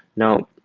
now,